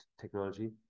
technology